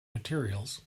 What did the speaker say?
materials